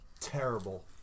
terrible